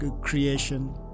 creation